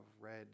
red